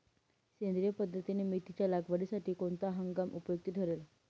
सेंद्रिय पद्धतीने मेथीच्या लागवडीसाठी कोणता हंगाम उपयुक्त ठरेल?